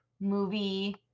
movie